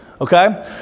okay